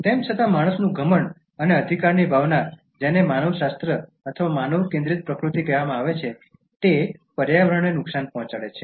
તેમ છતાં માણસનું ઘમંડ અને અધિકારની ભાવના જેને માનવશાસ્ત્ર અથવા માનવ કેન્દ્રિત પ્રકૃતિ કહેવામાં આવે છે તે પર્યાવરણને નુકસાન પહોંચાડે છે